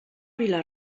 vila